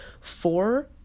four